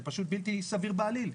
זה פשוט בלתי סביר בעליל.